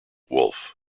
wolf